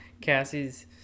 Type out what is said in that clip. Cassie's